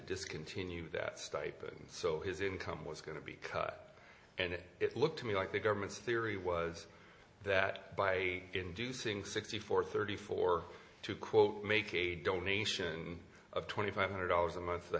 discontinue that stipend so his income was going to be cut and it looked to me like the government's theory was that by inducing sixty four thirty four to quote make a donation of twenty five hundred dollars a month